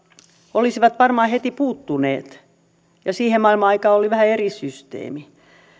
olisivat varmaan heti puuttuneet ja siihen maailman aikaan oli vähän eri systeemi